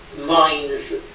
minds